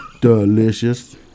Delicious